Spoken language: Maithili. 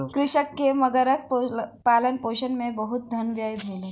कृषक के मगरक पालनपोषण मे बहुत धन व्यय भेल